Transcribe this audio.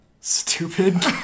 stupid